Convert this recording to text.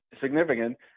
significant